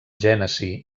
gènesi